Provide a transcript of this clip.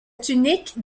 tunique